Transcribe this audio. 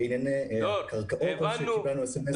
ענייני קרקעות, קיבלנו אס.אם.אס.